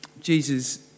Jesus